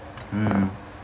mm